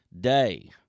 day